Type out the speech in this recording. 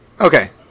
Okay